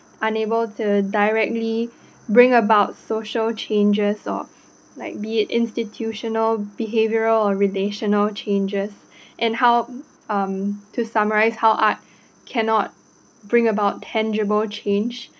unable to directly bring about social changes of like be it institutional behavioural or relational changes and how um to summarise how art cannot bring about tangible change